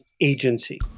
agency